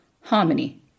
Harmony